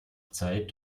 zeit